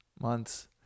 months